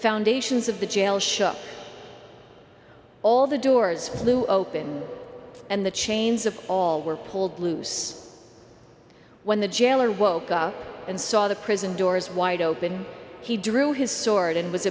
foundations of the jail shut all the doors flew open and the chains of all were pulled loose when the jailer woke up and saw the prison doors wide open and he drew his sword and was